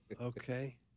Okay